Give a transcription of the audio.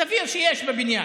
סביר שיש בבניין.